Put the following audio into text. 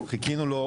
חיכינו לו,